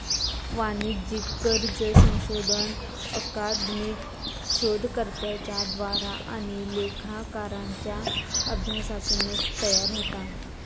वाणिज्यिक कर्ज संशोधन अकादमिक शोधकर्त्यांच्या द्वारा आणि लेखाकारांच्या अभ्यासातून तयार होता